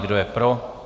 Kdo je pro?